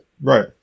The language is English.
Right